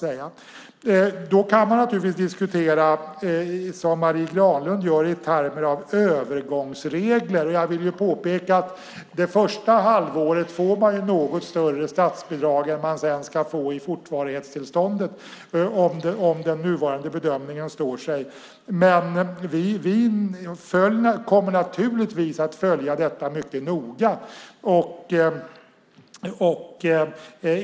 Man kan naturligtvis diskutera, som Marie Granlund gör, i termer av övergångsregler. Jag vill påpeka att de det första halvåret får något högre statsbidrag än vad de ska få i fortvarighetstillståndet, om den nuvarande bedömningen står sig. Vi kommer naturligtvis att följa detta mycket noga.